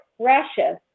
precious